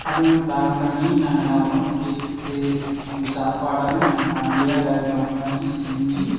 அப்படினு பிளான் பண்ணி நாங்கள் என்ன பண்ணிணோம் கேக் அவங்களுக்கு சாப்பாடெல்லாமே நாங்க ஃபேமிலியாக எல்லாருமே உக்காந்து செஞ்சு